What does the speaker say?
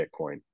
Bitcoin